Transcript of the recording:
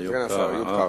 איוב קרא.